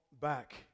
back